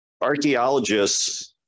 archaeologists